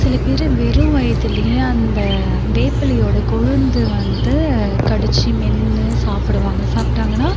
சில பேர் வெறும் வயித்துலியே அந்த வேப்பலையோட கொழுந்து வந்து கடிச்சு மென்று சாப்பிடுவாங்க சாப்பிட்டாங்கனா